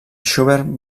schubert